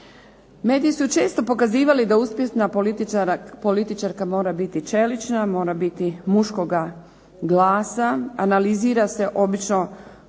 Mediji su često pokazivali da uspješna političarka mora biti čelična, mora biti muškoga glasa, analizira se obično